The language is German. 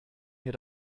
mir